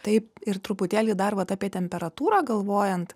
taip ir truputėlį dar vat apie temperatūrą galvojant